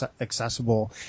accessible